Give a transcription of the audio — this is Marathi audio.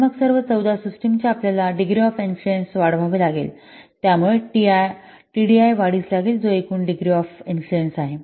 तर मग सर्व 14 सिस्टमचे आपल्याला डिग्री ऑफ इन्फ्लुएन्स वाढवावे लागेल यामुळे टीडीआय वाढीस लागेल जो एकूण डिग्री ऑफ इन्फ्लुएन्स आहे